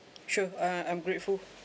sure uh I'm grateful